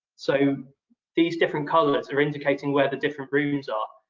so these different colors are indicating where the different rooms are.